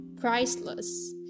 priceless